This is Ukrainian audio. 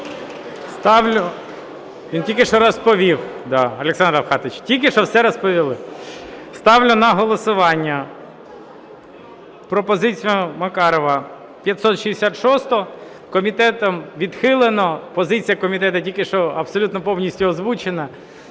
Ставлю на голосування пропозицію Макарова 566-у. Комітетом відхилено. Позиція комітету тільки що абсолютно повністю озвучена.